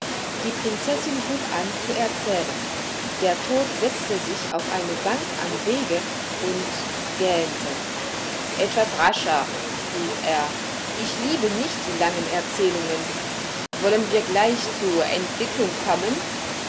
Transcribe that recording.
die prinzessin hub an zu erzählen der tod setzte sich auf eine bank am wege und gähnte etwas rascher rief er ich liebe nicht die langen erzählungen wollen wir gleich zur entwicklung kommen